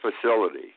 facility